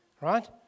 Right